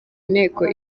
inteko